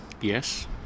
Yes